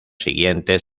siguientes